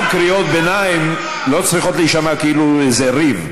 גם קריאות ביניים לא צריכות להישמע כאילו איזה ריב.